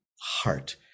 heart